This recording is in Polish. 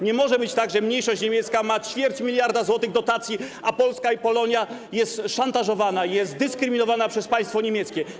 Nie może być tak, że mniejszość niemiecka ma ćwierć miliarda złotych dotacji, a Polska i Polonia są szantażowane, dyskryminowane przez państwo niemieckie.